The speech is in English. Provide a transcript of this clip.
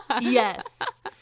yes